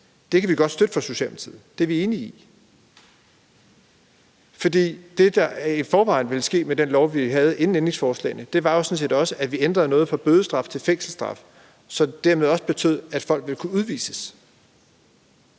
Det kan vi godt støtte fra Socialdemokratiets side, for det er vi enige i. Det, der i forvejen ville ske med det lovforslag, vi havde inden ændringsforslagene, var sådan set også, at vi ændrede noget fra bødestraf til fængselsstraf, som dermed også betød, at folk ville kunne udvises.